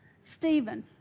Stephen